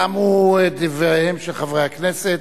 תמו דבריהם של חברי הכנסת.